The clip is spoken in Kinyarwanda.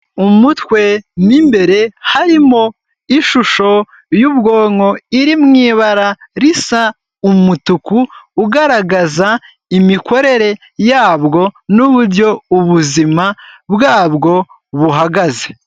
Mu mutwe mu imbere harimo ishusho y'ubwonko iri mw'ibara risa umutuku, ugaragaza imikorere yabwo n'uburyo ubuzima bwabwo buhagaze.